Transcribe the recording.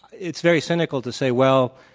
it's very cynical to say, well,